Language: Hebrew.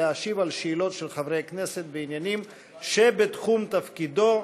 להשיב על שאלות של חברי כנסת בעניינים שבתחום תפקידו,